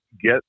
get